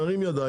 נרים ידיים,